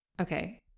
Okay